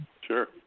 Sure